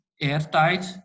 airtight